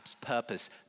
purpose